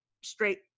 straight